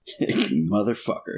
Motherfucker